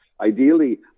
ideally